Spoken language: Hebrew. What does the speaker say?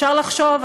אפשר לחשוב,